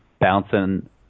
bouncing